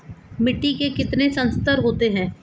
मिट्टी के कितने संस्तर होते हैं?